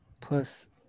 plus